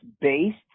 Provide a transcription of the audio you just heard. based